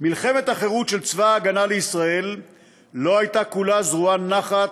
"מלחמת החירות של צבא הגנה לישראל לא הייתה כולה זרועה נחת,